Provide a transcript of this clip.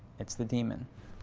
it's the demon.